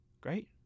Great